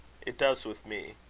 it does with me.